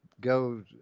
go